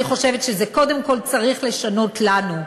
אני חושבת שזה קודם כול צריך לשנות לנו,